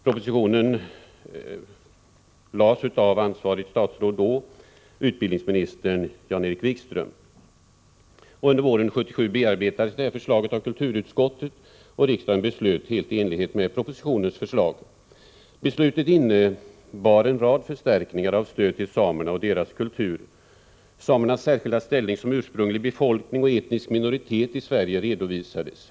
Propositionen lades fram av det då ansvariga statsrådet, utbildningsminister Jan-Erik Wikström. Under våren 1977 bearbetades förslaget av kulturutskottet, och riksdagen beslöt helt i enlighet med förslaget i propositionen. Beslutet innebar en rad förstärkningar av stöd till samerna och deras kultur. Samernas särskilda ställning som ursprunglig befolkning och etnisk minoritet i Sverige redovisades.